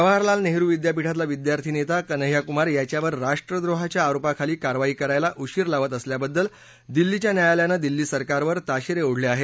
जवाहरलाल नेहरु विद्यापीठातला विद्यार्थी नेता कन्हैया कुमार याच्यावर राष्ट्रद्रोहाच्या आरोपाखाली कारवाई करायला उशीर लावत असल्याबद्दल दिल्लीच्या न्यायालयानं दिल्ली सरकारवर ताशेरे ओढले आहेत